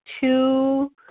two